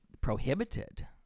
Prohibited